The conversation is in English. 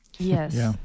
Yes